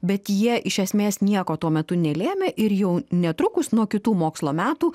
bet jie iš esmės nieko tuo metu nelėmė ir jau netrukus nuo kitų mokslo metų